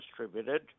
distributed